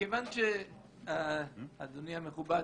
אדוני המכובד